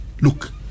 Look